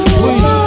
please